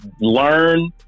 learn